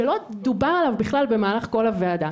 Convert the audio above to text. שלא דובר עליו בכלל במהלך כל הוועדה.